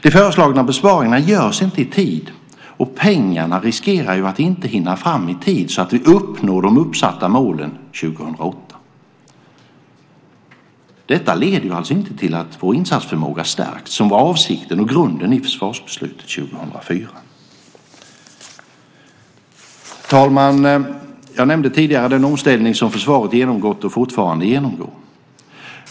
De föreslagna besparingarna görs inte i tid, och pengarna riskerar att inte komma i tid så att vi uppnår de uppsatta målen 2008. Detta leder alltså inte till att vår insatsförmåga stärks, vilket var avsikten och grunden i försvarsbeslutet 2004. Herr talman! Jag nämnde tidigare den omställning som försvaret genomgått och fortfarande genomgår.